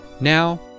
Now